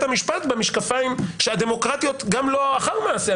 המשפט במשקפיים הדמוקרטיות גם לא לאחר מעשה.